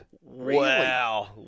Wow